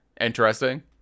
interesting